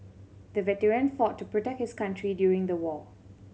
the veteran fought to protect his country during the war